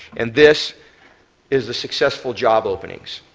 and this is the successful job openings.